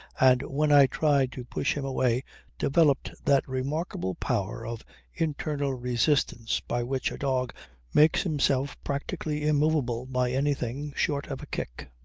and when i tried to push him away developed that remarkable power of internal resistance by which a dog makes himself practically immovable by anything short of a kick.